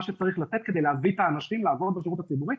שצריך לתת כדי להביא את האנשים לעבוד בשירות הציבורי,